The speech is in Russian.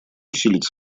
усилить